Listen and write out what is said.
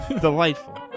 delightful